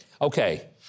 okay